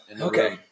Okay